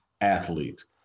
athletes